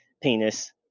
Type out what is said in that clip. penis